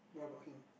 no I got him